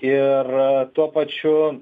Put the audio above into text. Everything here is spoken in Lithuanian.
ir tuo pačiu